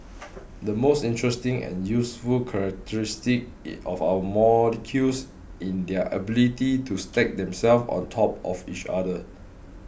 the most interesting and useful characteristic of our molecules in their ability to stack themselves on top of each other